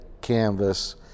canvas